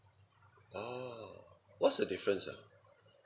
oh what's the difference ah